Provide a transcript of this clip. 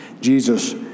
Jesus